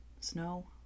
Snow